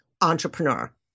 entrepreneur